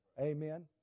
Amen